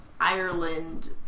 Ireland